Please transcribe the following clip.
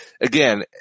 Again